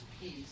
peace